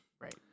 Right